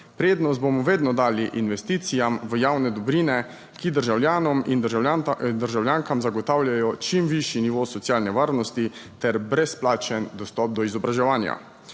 Prednost bomo vedno dali investicijam v javne dobrine, ki državljanom in državljankam zagotavljajo čim višji nivo socialne varnosti ter brezplačen dostop do izobraževanja.